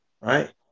right